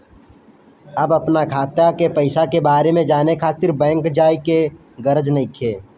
अब अपना खाता के पईसा के बारे में जाने खातिर बैंक जाए के गरज नइखे